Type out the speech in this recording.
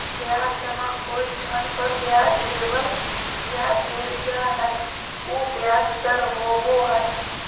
ब्याज जमा कोई धन पर ब्याज लेबल या देल जा हइ उ ब्याज दर होबो हइ